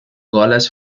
goles